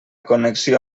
connexió